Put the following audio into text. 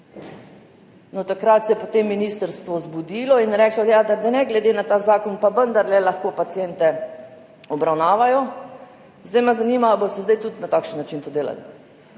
Takrat se je potem ministrstvo zbudilo in reklo, da ne glede na ta zakon pa vendarle lahko paciente obravnavajo. Zdaj me zanima, ali boste zdaj tudi na takšen način to delali,